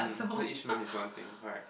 so each month is one thing correct